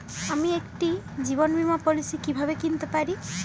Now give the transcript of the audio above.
আমি একটি জীবন বীমা পলিসি কিভাবে কিনতে পারি?